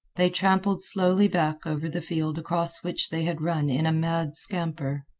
they trampled slowly back over the field across which they had run in a mad scamper.